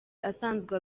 asanzwe